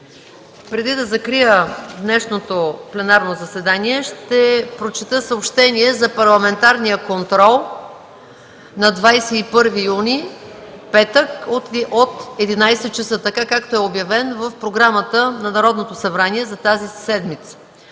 Преди да закрия днешното пленарно заседание, ще прочета съобщение за парламентарния контрол на 21 юни 2013 г., петък, от 11,00 часа, така както е обявен в програмата на Народното събрание за тази седмица: